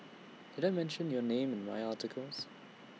did I mention your name in my articles